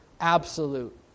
absolute